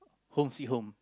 home sweet home